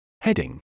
Heading